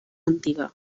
antiga